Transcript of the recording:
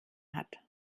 hat